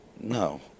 No